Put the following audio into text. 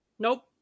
Nope